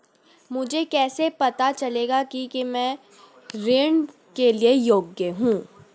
मुझे कैसे पता चलेगा कि मैं ऋण के लिए योग्य हूँ?